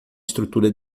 estrutura